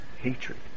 hatred